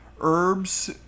herbs